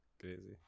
crazy